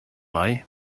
lai